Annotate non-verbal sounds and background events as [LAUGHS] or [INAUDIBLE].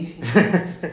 [LAUGHS]